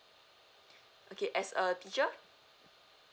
okay as a teacher